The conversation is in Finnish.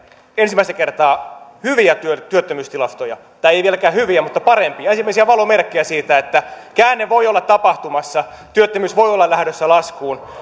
ensimmäistä kertaa hyviä työttömyystilastoja tai ei vieläkään hyviä mutta parempia ensimmäisiä valomerkkejä siitä että käänne voi olla tapahtumassa työttömyys voi olla lähdössä laskuun